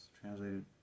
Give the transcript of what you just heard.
translated